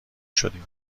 شدیم